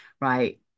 right